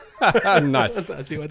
Nice